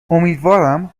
امیدوارم